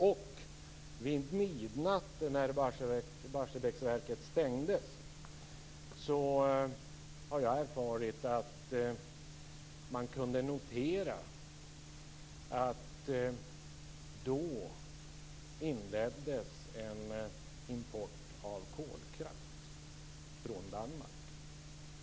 Jag har erfarit att man vid midnatt när Barsebäcksverket stängdes kunde notera att en import av kolkraft från Danmark inleddes då.